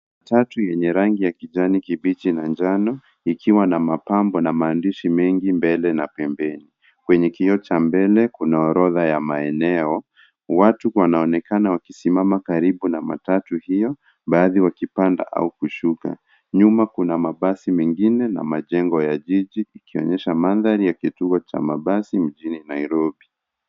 Tatu yenye rangi ya kijani kibichi na njano ikiwa na mapambo na maandishi mengi mbele na pembeni. Kwenye kioo cha mbele kuna orodha ya maeneo. Wau wanaonekana wakisimama kwaribu na matatu hiyo baadhi wakipanda au kushuka. Nyuma kuna mabasi mengi na majengo ya jiji ikionyesha mandhari ya kituo cha mabasi mjini Nairobi.